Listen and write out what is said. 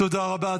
תודה רבה.